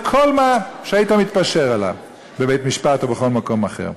כל מה שהיית מתפשר עליו בבית-משפט או בכל מקום אחר.